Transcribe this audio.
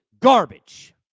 garbage